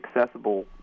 accessible